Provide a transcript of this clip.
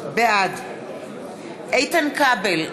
בעד איתן כבל,